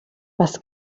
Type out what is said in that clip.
was